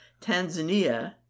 tanzania